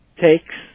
takes